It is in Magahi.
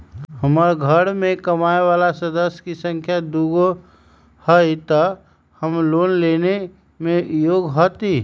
हमार घर मैं कमाए वाला सदस्य की संख्या दुगो हाई त हम लोन लेने में योग्य हती?